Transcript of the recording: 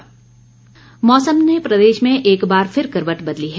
मौसम मौसम ने प्रदेश में एक बार फिर करवट बदली है